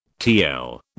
TL